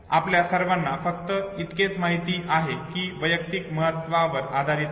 आपल्या सर्वाना फक्त इतकेच माहिती आहे की ती वैयक्तिक महत्वावर आधारित असते